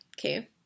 Okay